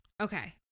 Okay